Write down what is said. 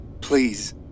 Please